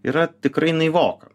yra tikrai naivoka